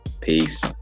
Peace